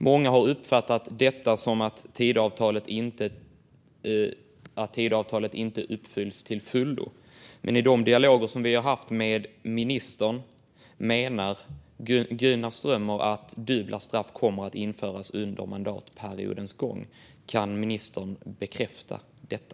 Många har uppfattat detta som att Tidöavtalet inte uppfylls till fullo, men i de dialoger som vi haft med ministern menar han att dubbla straff kommer att införas under mandatperiodens gång. Kan ministern bekräfta detta?